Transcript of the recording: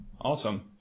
Awesome